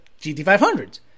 GT500s